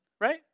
right